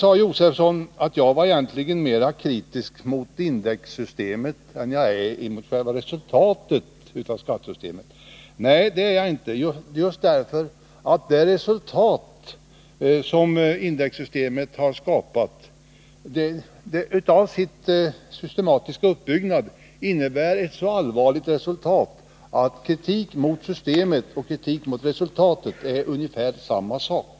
Herr Josefson sade att jag egentligen är mera kritisk mot indexsystemet än jag är emot själva resultatet av skattesystemet. Nej, det är jag inte — men det resultat som indexsystemet har skapat genom sin systematiska uppbyggnad leder till ett så allvarligt resultat, att kritik mot systemet och kritik mot resultatet är ungefär samma sak.